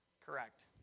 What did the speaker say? correct